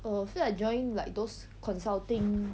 err feel like joining like those consulting